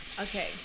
okay